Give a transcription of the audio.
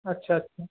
আচ্ছা আচ্ছা